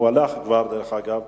הוא הלך כבר, דרך אגב,